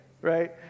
right